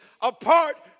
apart